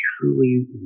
truly